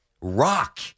Rock